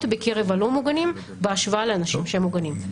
בקרב הלא מוגנים בהשוואה לאנשים שהם מוגנים.